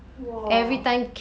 !whoa!